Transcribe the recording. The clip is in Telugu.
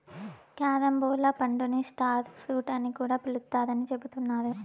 క్యారంబోలా పండుని స్టార్ ఫ్రూట్ అని కూడా పిలుత్తారని చెబుతున్నారు